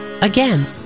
Again